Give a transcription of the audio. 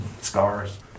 scars